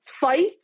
fight